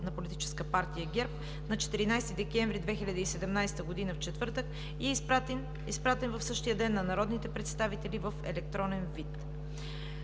на Политическа партия ГЕРБ на 14 декември 2017 г., четвъртък, и е изпратен същия ден на народните представители в електронен вид.